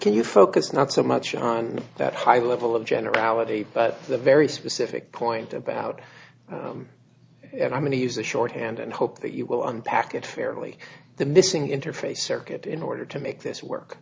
can you focus not so much on that high level of generality but the very specific point about them and i'm going to use the shorthand and hope that you will unpack it fairly the missing interface circuit in order to make this work